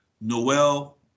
Noel